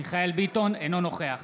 אינו נוכח